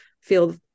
feel